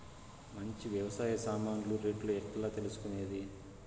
మంచి వ్యవసాయ సామాన్లు రేట్లు ఎట్లా తెలుసుకునేది?